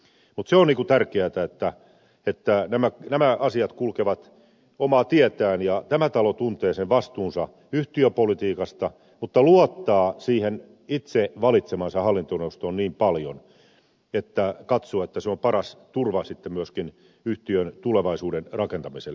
mutta se on tärkeätä että nämä asiat kulkevat omaa tietään ja tämä talo tuntee sen vastuunsa yhtiöpolitiikasta mutta luottaa siihen itse valitsemaansa hallintoneuvostoon niin paljon että katsoo että se on paras turva sitten myöskin yhtiön tulevaisuuden rakentamiselle